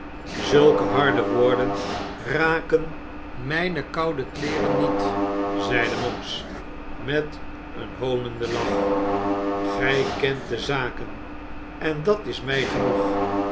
zulke harde woorden raken mijne koude kleeren niet zeide monks met een hoonenden lach gij kent de zaken en dat is mij genoeg